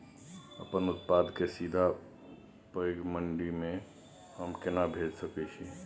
अपन उत्पाद के सीधा पैघ मंडी में हम केना भेज सकै छी?